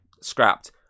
scrapped